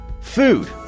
Food